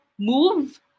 move